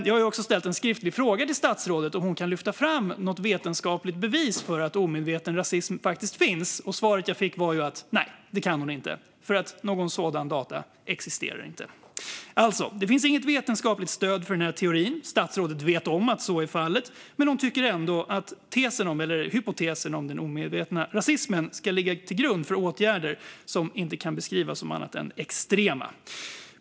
Jag har också ställt en skriftlig fråga till statsrådet om hon kan lyfta fram något vetenskapligt bevis för att omedveten rasism faktiskt finns. Svaret jag fick var att nej, det kan hon inte, för några sådana data existerar inte. Alltså: Det finns inget vetenskapligt stöd för den här teorin. Statsrådet vet att så är fallet, men hon tycker ändå att hypotesen om den omedvetna rasismen ska ligga till grund för åtgärder som inte kan beskrivas som annat än extrema.